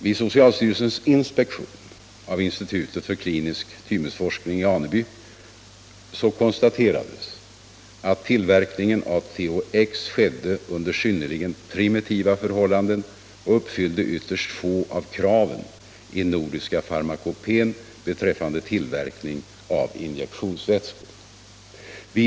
Vid socialstyrelsens inspektion av Institutet för klinisk thymusforskning i Aneby konstaterades att tillverkningen av THX skedde under synnerligen primitiva förhållanden och uppfyllde ytterst få krav i den nordiska farmakopén beträffande tillverkning av injektionsvätskor.